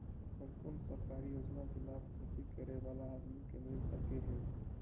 कोन कोन सरकारी योजना के लाभ खेती करे बाला आदमी के मिल सके हे?